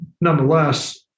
nonetheless